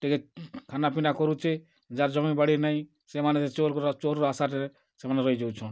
ସେ ଟିକେ ଖାନାପିନା କରୁଛେ ଯାହାର୍ ଜମିବାଡ଼ି ନାଇଁ ସେମାନେ ଚାଉଲ୍ କେ ଚାଉଲ୍ ର ଆଶାରେ ସେମାନେ ରହିଯାଉଛନ୍